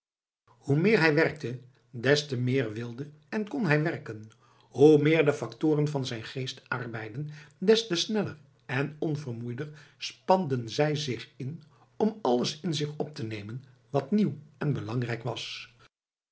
hoe meer hij werkte des te meer wilde en kon hij werken hoe meer de factoren van zijn geest arbeidden des te sneller en onvermoeider spanden zij zich in om alles in zich op te nemen wat nieuw en belangrijk was